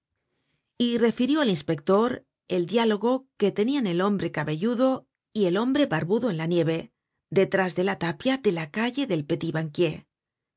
y refirió al inspector el diálogo que tenían el hombre cabelludo y hombre barbudo en la nieve detrás de la tapia de la calle del